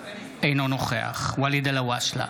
אינו נוכח ואליד אלהואשלה,